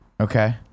Okay